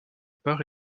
part